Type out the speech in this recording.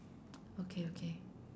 okay okay